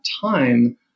time